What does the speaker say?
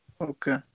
Okay